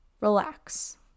relax